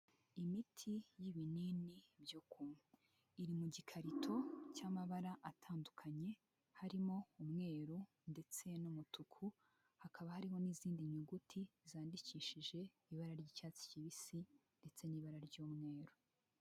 Imiti y'ibinini byo kunywa iri mu gikarito cy'amabara atandukanye, harimo umweru ndetse n'umutuku. hakaba harimo n'izindi nyuguti zandikishije ibara ry'icyatsi kibisi ndetse n'ibara ry'umweru.